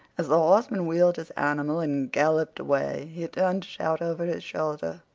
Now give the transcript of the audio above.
as the horseman wheeled his animal and galloped away he turned to shout over his shoulder,